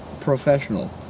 professional